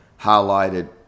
highlighted